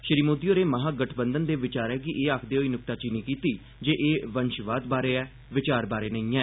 श्री मोदी होरें महागठबंधन दे विचारै दी एह् आखदे होई नुक्ताचीनी कीती जे एह् वंशवाद बारै ऐ विकास बारै नेई ऐ